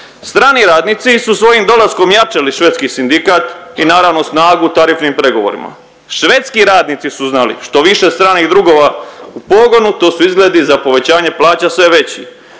Strani radnici su svojim dolaskom jačali švedski sindikat i naravno snagu u tarifnim pregovorima. Švedski radnici su znali što više stranih drugova u pogonu to su izgledi za povećanja plaća sve veći.